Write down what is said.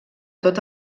tot